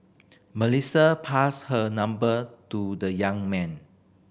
Melissa passed her number to the young man